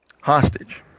hostage